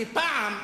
כי פעם,